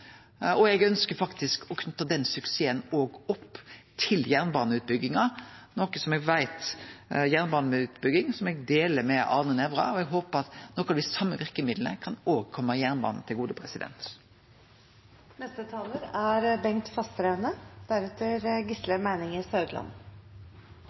Eg ønskjer faktisk å knyte den suksessen òg opp til jernbaneutbygginga, noko eg deler med Arne Nævra. Eg håpar nokre av dei same verkemidla kan kome òg jernbanen til gode.